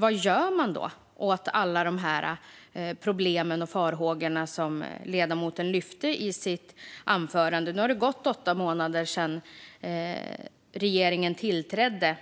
Vad gör man åt alla de problem och farhågor som ledamoten tog upp i sitt anförande? Nu har det gått åtta månader sedan regeringen tillträdde.